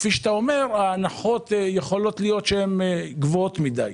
כפי שאתה אומר, ההנחות יכולות להיות גבוהות מדי.